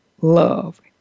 love